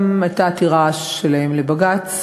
גם הייתה עתירה שלהם לבג"ץ